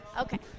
Okay